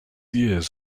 years